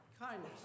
kindness